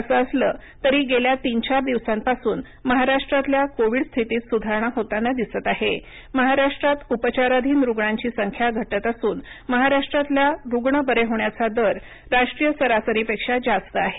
असं असलं तरी गेल्या तीन चार दिवसांपासून महाराष्ट्रातल्या कोविड स्थितीत सुधारणा होताना दिसत आहे महाराष्ट्रात उपचारधीन रुग्णांची संख्या घटत असून महाराष्ट्रातला रुग्ण बरे होण्याचा दर राष्ट्रीय सरासरीपेक्षा जास्त आहे